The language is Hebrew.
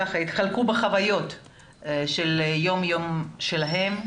שהתחלקו בחוויות של היום יום שלהן,